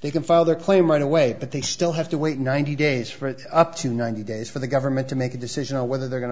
they can file their claim right away but they still have to wait ninety days for it up to ninety days for the government to make a decision whether they're going to